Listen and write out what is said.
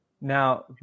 Now